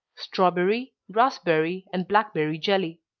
strawberry, raspberry, and blackberry jelly.